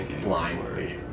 blindly